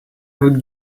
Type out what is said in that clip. would